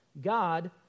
God